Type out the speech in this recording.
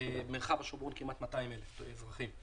מרחב השומרון כמעט 200,000 אזרחים.